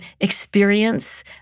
experience